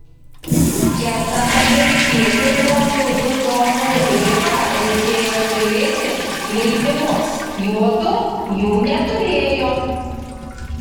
kertant amerikiečių ir prancūzų zonų ribą reikėjo turėti leidimus juodu jų neturėjo